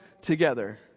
together